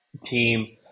team